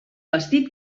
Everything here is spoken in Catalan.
vestit